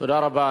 תודה רבה.